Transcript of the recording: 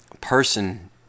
person